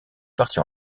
partie